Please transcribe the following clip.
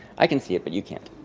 i can see it, but you can't.